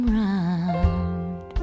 round